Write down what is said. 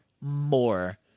more